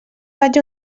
faig